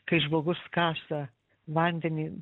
kai žmogus kasa vandenį